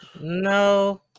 no